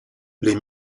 les